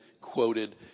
quoted